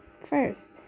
first